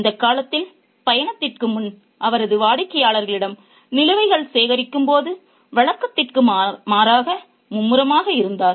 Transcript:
இந்தக் காலத்தில் பயணத்திற்கு முன் அவரது வாடிக்கையாளர்களிடம் நிலுவைகள் சேகரிக்கும் போது வழக்கத்திற்கு மாறாக மும்முரமாக இருந்தார்